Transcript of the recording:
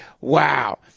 Wow